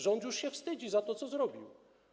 Rząd już się wstydzi tego, co zrobił.